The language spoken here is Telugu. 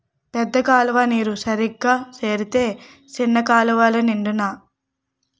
పెద్ద కాలువ నీరు సరిగా సేరితే సిన్న కాలువలు నిండునా